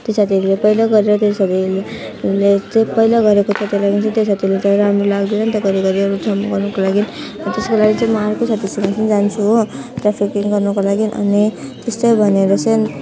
त्यो साथीहरूले पहिला गरेर त्यो सबले चाहिँ पहिला गरेको छ त्यही लागि चाहिँ त्यो साथीले चाहिँ राम्रो लाग्दैन त घरी घरी एउटा ठाउँमा गर्नुको लागि हो त्यसको लागि चाहिँ म अर्को साथीसँग पनि जान्छु हो ट्राफिकिङ गर्नुको लागि अनि त्यस्तो भनेर चाहिँ